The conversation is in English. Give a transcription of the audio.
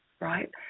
right